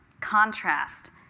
contrast